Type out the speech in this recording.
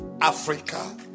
Africa